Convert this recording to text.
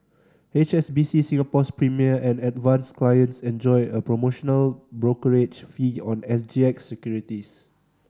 H S B C Singapore's Premier and Advance clients enjoy a promotional brokerage fee on S G X securities